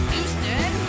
Houston